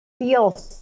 feel